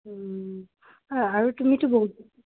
হয় আৰু তুমিতো বহু